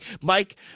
Mike